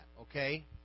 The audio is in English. okay